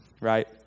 right